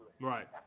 Right